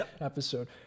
episode